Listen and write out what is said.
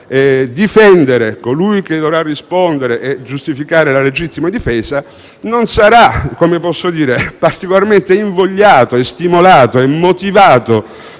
difendere colui che dovrà rispondere e giustificare la legittima difesa non sarà particolarmente invogliato, stimolato e motivato